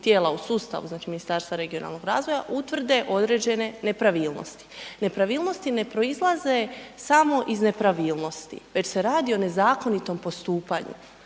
tijela u sustavu, znači Ministarstva regionalnog razvoja, utvrde određene nepravilnosti. Nepravilnosti ne proizlaze samo iz nepravilnosti već se radi o nezakonitom postupanju.